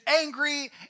angry